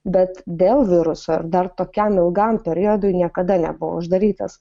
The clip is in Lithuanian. bet dėl viruso ir dar tokiam ilgam periodui niekada nebuvo uždarytas